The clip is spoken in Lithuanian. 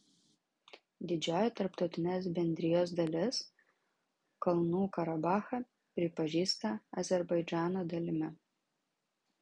didžioji tarptautinės bendrijos dalis kalnų karabachą pripažįsta azerbaidžano dalimi